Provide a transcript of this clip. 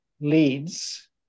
leads